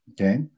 Okay